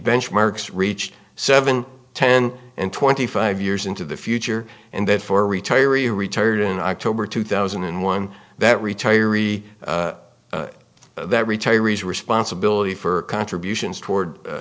benchmarks reached seven ten and twenty five years into the future and that for retirees who retired in october two thousand and one that retiree that retirees responsibility for contributions toward